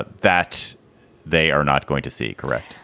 that they are not going to see? correct.